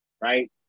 right